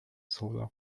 solar